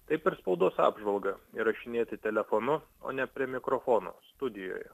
taip ir spaudos apžvalgą įrašinėti telefonu o ne prie mikrofono studijoje